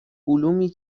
علومی